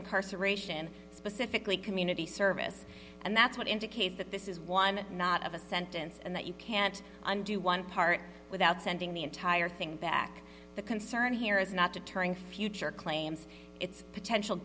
incarceration specifically community service and that's what indicates that this is one not of a sentence and that you can't undo one part without sending the entire thing back the concern here is not deterring future claims it's potential